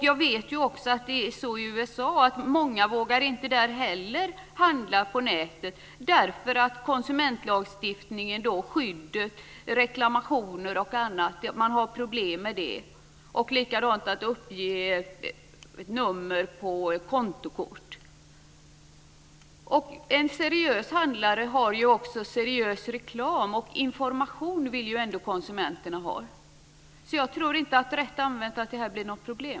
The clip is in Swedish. Jag vet också att många i USA inte heller våga handla på nätet. Det är problem med konsumentlagstiftningen, skyddet, reklamationer osv. Likadant är det med att uppge nummer på kontokort. En seriös handlare har seriös reklam. Konsumenterna vill ju ändå ha information. Jag tror inte att detta rätt använt blir något problem.